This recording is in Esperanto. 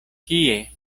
kie